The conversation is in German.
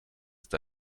ist